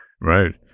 right